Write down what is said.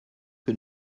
que